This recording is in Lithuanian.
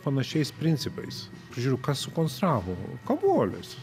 panašiais principais žiūriu kas sukonstravo kavolis